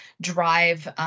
drive